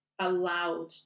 allowed